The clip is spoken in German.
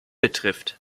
betrifft